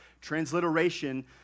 transliteration